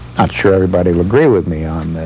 not sure everybody would agree with me on this,